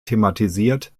thematisiert